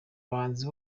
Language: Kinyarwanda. abahanzi